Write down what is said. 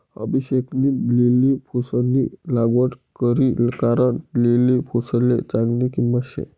अभिषेकनी लिली फुलंसनी लागवड करी कारण लिली फुलसले चांगली किंमत शे